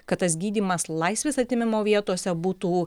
kad tas gydymas laisvės atėmimo vietose būtų